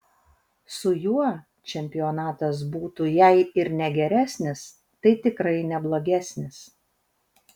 su juo čempionatas būtų jei ir ne geresnis tai tikrai ne blogesnis